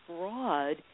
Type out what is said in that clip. fraud